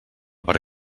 per